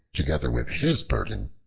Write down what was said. together with his burden,